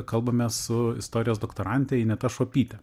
kalbamės su istorijos doktorante ineta šopyte